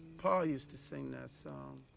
pa used to sing that song.